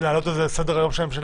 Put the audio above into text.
להעלות את זה על סדר-היום של הממשלה,